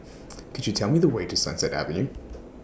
Could YOU Tell Me The Way to Sunset Avenue